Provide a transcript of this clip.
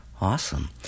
awesome